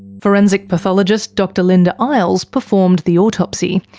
forensic pathologist, dr linda isles performed the autopsy.